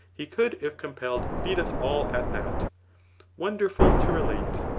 he could if compelled beat us all at that wonderful to relate!